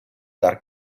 dar